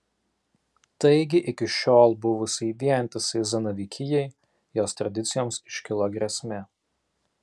taigi iki šiol buvusiai vientisai zanavykijai jos tradicijoms iškilo grėsmė